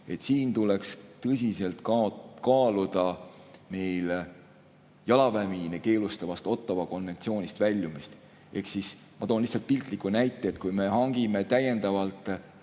Tuleks tõsiselt kaaluda jalaväemiine keelustavast Ottawa konventsioonist väljumist. Ma toon lihtsalt piltliku näite: kui me hangime täiendavalt